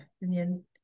opinion